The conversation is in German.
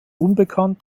unbekannt